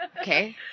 Okay